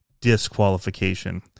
disqualification